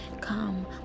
come